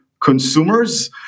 consumers